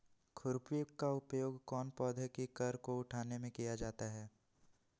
खुरपी का उपयोग कौन पौधे की कर को उठाने में किया जाता है?